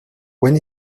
when